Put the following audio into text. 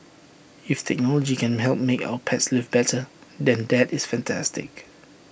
if technology can help make our pets lives better than that is fantastic